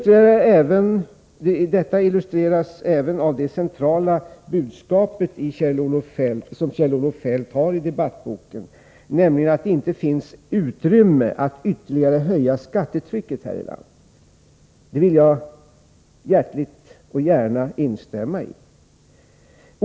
Detta illustreras även av det centrala budskapet i Kjell-Olof Feldts intervjubok, nämligen att det inte finns utrymme att ytterligare höja skattetrycket här i landet. Detta vill jag hjärtligt och gärna instämma i.